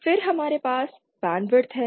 फिर हमारे पास बैंडविड्थ है